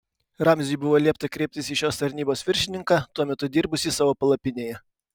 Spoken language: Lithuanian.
ramziui buvo liepta kreiptis į šios tarnybos viršininką tuo metu dirbusį savo palapinėje